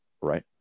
right